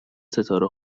ستاره